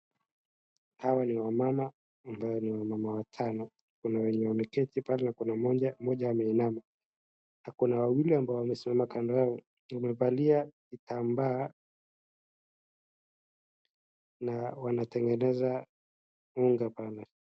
Hawa ni wamama ambao ni wamama watano kuna wenye wameketi pale na kuna mmoja ameinama na kuna wawili ambao wamesimama kando yao amevalia kitambaa na wanatengeneza unga pale.